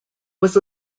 was